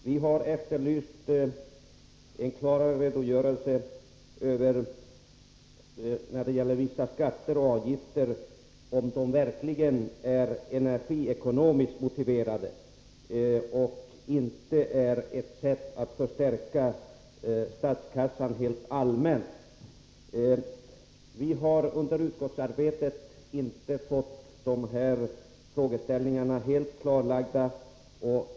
Vi har efterlyst en klarare redogörelse för om vissa skatter och avgifter verkligen är energiekonomiskt motiverade och inte är ett sätt att förstärka statskassan helt allmänt. Under utskottsarbetet har vi inte fått dessa frågor besvarade.